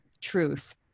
Truth